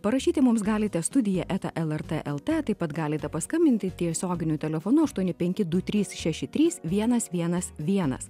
parašyti mums galite studija eta lrt lt taip pat galite paskambinti tiesioginiu telefonu aštuoni penki du trys šeši trys vienas vienas vienas